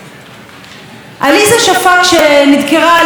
רק שער בנפשך מה היה קורה לו היא הייתה נדקרת על ידי פלסטיני: